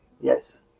Yes